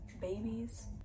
babies